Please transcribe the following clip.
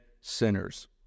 sinners